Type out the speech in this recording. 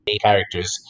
characters